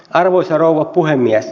arvoisa rouva puhemies